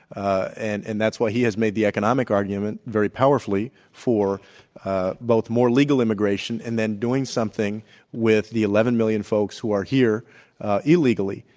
ah and and that's why he has made the economic argument very powerfully for both more legal immigration and then doing something with the eleven million folks who are here illegally.